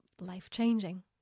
life-changing